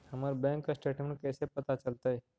हमर bank statement कैसे पता चलतै?